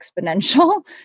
exponential